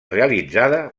realitzada